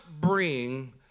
bring